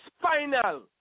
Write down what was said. final